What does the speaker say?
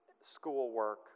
schoolwork